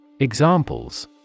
EXAMPLES